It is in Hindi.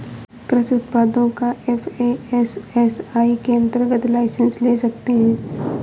कृषि उत्पादों का एफ.ए.एस.एस.आई के अंतर्गत लाइसेंस ले सकते हैं